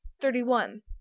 Thirty-one